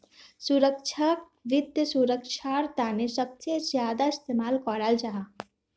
सुरक्षाक वित्त सुरक्षार तने सबसे ज्यादा इस्तेमाल कराल जाहा